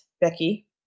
Becky